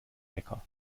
wecker